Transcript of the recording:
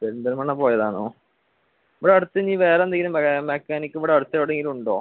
പെരിന്തൽമണ്ണ പോയതാണോ ഇവിടെ അടുത്തിനി വേറെ എന്തെങ്കിലും മെക്കാനിക്ക് ഇവിടെ അടുത്ത് എവിടേലും ഉണ്ടോ